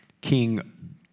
King